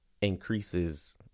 increases